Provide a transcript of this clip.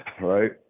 Right